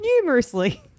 numerously